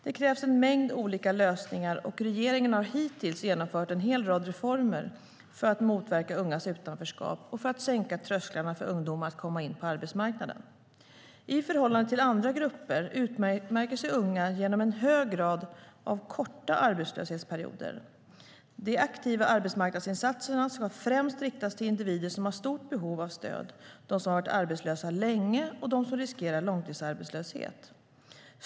Det krävs en mängd olika lösningar, och regeringen har hittills genomfört en hel rad reformer för att motverka ungas utanförskap och för att sänka trösklarna för ungdomar att komma in på arbetsmarknaden. I förhållande till andra grupper utmärker sig unga genom en hög grad av korta arbetslöshetsperioder. De aktiva arbetsmarknadsinsatserna ska främst riktas till individer som har stort behov av stöd, de som har varit arbetslösa länge och de som riskerar långtidsarbetslöshet.